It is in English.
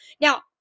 Now